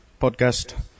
podcast